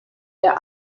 der